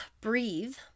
breathe